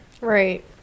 Right